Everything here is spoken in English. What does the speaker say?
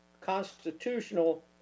constitutional